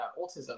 autism